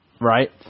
right